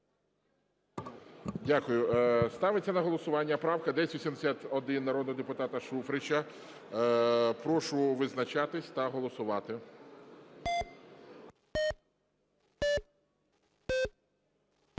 Дякую. Ставиться на голосування правка 1071 народного депутата Шуфрича. Прошу визначатись та голосувати.